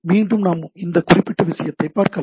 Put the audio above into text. மீண்டும் நாம் இந்த குறிப்பிட்ட விஷயத்தைப் பார்க்கலாம்